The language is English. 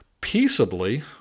peaceably